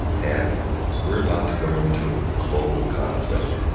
and we're about to go into a global conflict